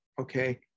Okay